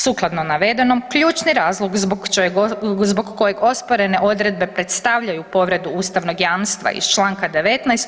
Sukladno navedenom ključni razlog zbog kojeg osporene odredbe predstavljaju povredu ustavnog jamstva iz članka 19.